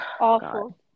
awful